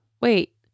wait